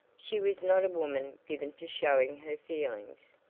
she was not a woman given to showing her feelings,